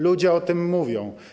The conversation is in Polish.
Ludzie o tym mówią.